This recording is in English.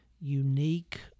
unique